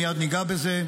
מייד ניגע בזה.